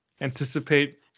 anticipate